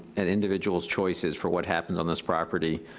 an individual's choice is for what happens on this property,